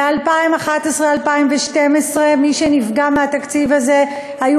ב-2011 2012 מי שנפגעו מהתקציב הזה היו